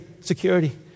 security